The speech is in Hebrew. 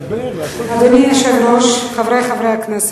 אדוני היושב-ראש, חברי חברי הכנסת,